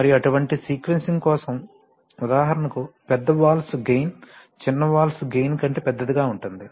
కాబట్టి మరియు అటువంటి సీక్వెన్సింగ్ కోసం ఉదాహరణకు పెద్ద వాల్వ్స్ గెయిన్ చిన్న వాల్వ్స్ గెయిన్ కంటే పెద్దదిగా ఉంటుంది